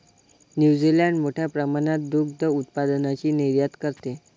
New Zealand मोठ्या प्रमाणात दुग्ध उत्पादनाची निर्यात करते